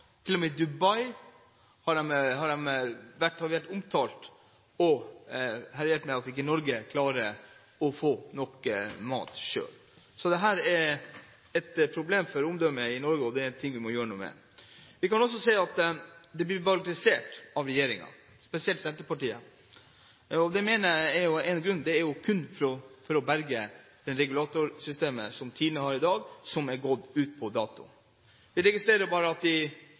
med i Dubai har vært omtalt og raljert med at ikke Norge klarer å skaffe nok mat selv. Så dette er et problem for Norges omdømme, og det er noe vi må gjøre noe med. Vi kan også se at dette blir bagatellisert av regjeringen, spesielt Senterpartiet. Det mener jeg er kun av én grunn, nemlig for å berge det regulatorsystemet som Tine representerer i dag, som er gått ut på dato. Vi registrerer også at det i